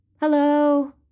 Hello